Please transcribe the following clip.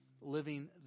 living